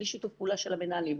בלי שיתוף פעולה של המנהלים,